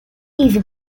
even